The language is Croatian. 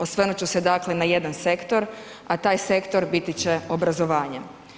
Osvrnut ću se, dakle, na jedan sektor, a taj sektor biti će obrazovanje.